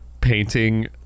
painting